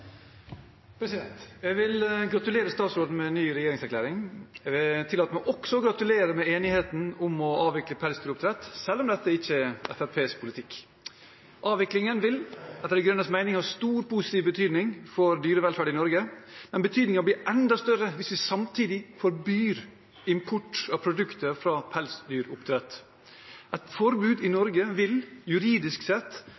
Jeg vil gratulere statsråden med ny regjeringserklæring. Jeg tillater meg også å gratulere med enigheten om å avvikle pelsdyroppdrett, selv om dette ikke er Fremskrittspartiets politikk. Avviklingen vil etter De Grønnes mening ha stor og positiv betydning for dyrevelferd i Norge, men betydningen blir enda større hvis vi samtidig forbyr import av produkter fra pelsdyroppdrett. Et forbud i Norge vil juridisk sett